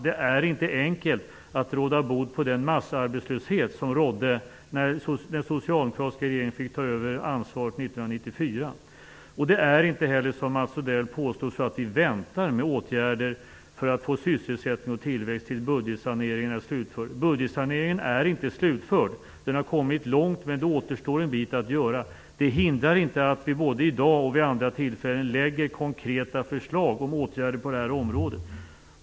Det är inte enkelt att råda bot på den massarbetslöshet som rådde när den socialdemokratiska regeringen fick ta över ansvaret 1994. Det är inte heller så som Mats Odell påstår att vi väntar med åtgärder för att få sysselsättning och tillväxt till dess att budgetsaneringen är slutförd. Budgetsaneringen är inte slutförd. Den har kommit långt, men det återstår en del att göra. Det hindrar inte att vi både i dag och vid andra tillfällen lägger fram konkreta förslag om åtgärder på detta område.